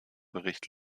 bericht